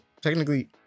technically